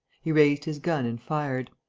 he raised his gun and fired.